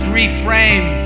reframe